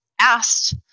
asked